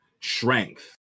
strength